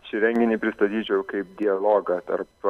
šį renginį pristatyčiau kaip dialogą tarp